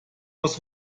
aus